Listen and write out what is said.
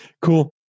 Cool